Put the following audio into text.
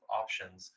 options